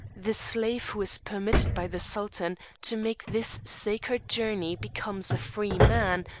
the slave who is permitted by the sultan to make this sacred journey becomes a free man,